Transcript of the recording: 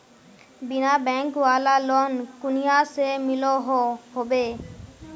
बिना बैंक वाला लोन कुनियाँ से मिलोहो होबे?